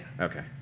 Okay